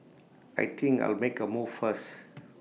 I think I'll make A move first